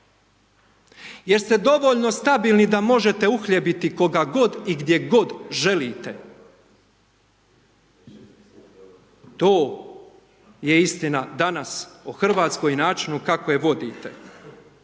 jer ste dovoljno stabilni da možete uhljebiti koga god i gdje god želite, to je istina danas o RH i načinu kako je vodite.